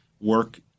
work